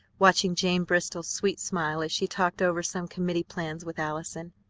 watching jane bristol's sweet smile as she talked over some committee plans with allison.